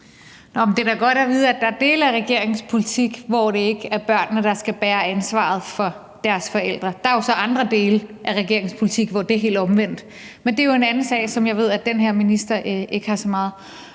det er da godt at vide, at der er dele af regeringens politik, hvor det ikke er børnene, der skal bære ansvaret for deres forældre. Der er jo så andre dele af regeringens politik, hvor det er helt omvendt, men det er en anden sag, som jeg ved at den her minister ikke har så meget